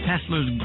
Tesla's